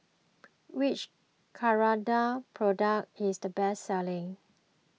which Ceradan product is the best selling